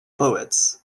poets